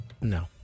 No